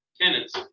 tenants